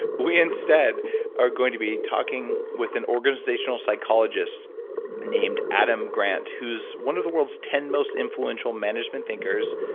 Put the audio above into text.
we instead are going to be talking with an organizational psychologist named adam grant, who's one of the world's ten most influential management thinkers.